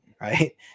Right